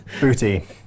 booty